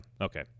Okay